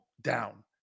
down